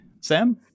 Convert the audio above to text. Sam